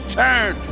turn